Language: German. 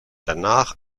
danach